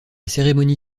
cérémonie